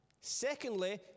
Secondly